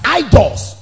idols